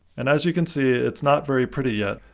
and as you can see, it's not very pretty yet,